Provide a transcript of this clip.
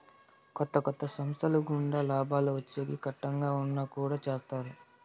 కొత్త కొత్త సంస్థల గుండా లాభాలు వచ్చేకి కట్టంగా ఉన్నా కుడా చేత్తారు